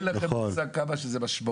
אין לכם מושג עד כמה זה משמעותי.